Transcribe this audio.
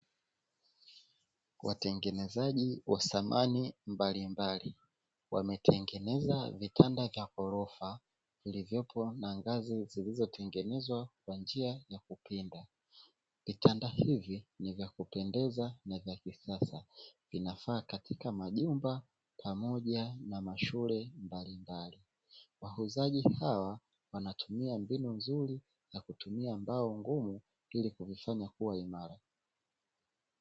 Watengenezaji wa samani mbalimbali, wametengeneza vitanda vya ghorofa vilivyopo na ngazi zilizotengenezwa kwa njia ya kupinda, vitanda hivi ni vya kupendeza na vya kisasa vinafaa katika majumba pamoja na mashule mbalimbali, wauzaji hawa wanatumia mbinu nzuri ya kutumia mbao ngumu ili kufanya iwe imara.